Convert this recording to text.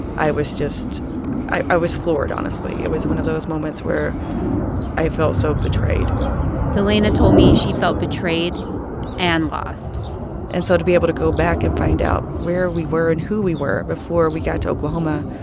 i was just i i was floored, honestly. it was one of those moments where i felt so betrayed delanna told me she felt betrayed and lost and so to be able to go back and find out where we were and who we were before we got to oklahoma,